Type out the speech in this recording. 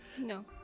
No